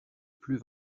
plus